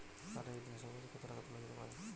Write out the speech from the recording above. কার্ডে একদিনে সর্বোচ্চ কত টাকা তোলা যেতে পারে?